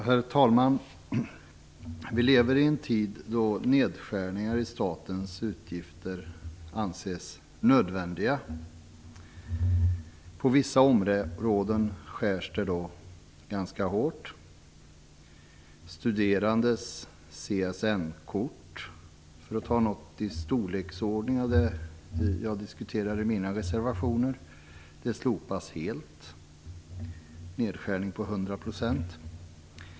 Herr talman! Vi lever i en tid då nedskärningar i statens utgifter anses nödvändiga. På vissa områden skärs det ganska hårt. Studerandes CSN-kort slopas helt, för att ta en besparing av den storleksordning som de jag tar upp i mina reservationer. Det är en nedskärning med 100 %.